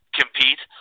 compete